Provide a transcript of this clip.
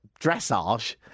dressage